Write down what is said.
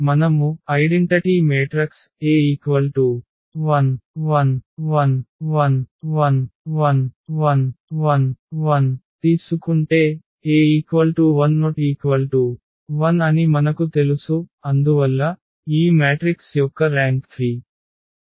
మనము గుర్తింపు మాత్రిక A 1 0 0 0 1 0 0 0 1 తీసుకుంటే A1≠0 అని మనకు తెలుసు అందువల్ల ఈ మ్యాట్రిక్స్ యొక్క ర్యాంక్ 3